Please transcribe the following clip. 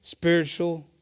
Spiritual